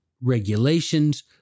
regulations